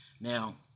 Now